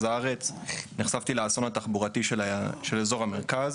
הארץ נחשפתי לאסון התחבורתי של אזור המרכז.